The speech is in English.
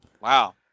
Wow